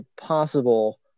possible